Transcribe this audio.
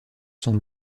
sont